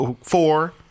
four